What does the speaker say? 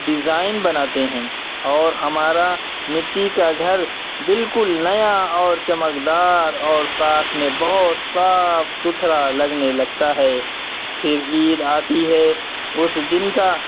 design بناتے ہیں اور ہمارا مٹی کا گھر بالکل نیا اور چمکدار اور ساتھ میں بہت صاف ستھرا لگنے لگتا ہے پھر عید آتی ہے اس دن کا